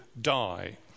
die